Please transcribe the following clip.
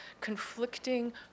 conflicting